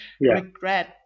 regret